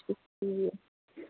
ٹھیٖک